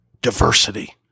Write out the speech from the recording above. Diversity